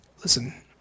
Listen